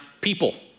people